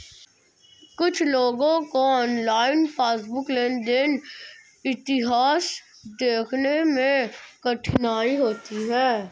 कुछ लोगों को ऑनलाइन पासबुक लेनदेन इतिहास देखने में कठिनाई होती हैं